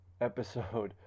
episode